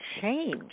change